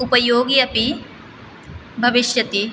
उपयोगी अपि भविष्यति